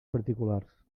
particulars